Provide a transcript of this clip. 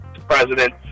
president